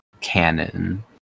canon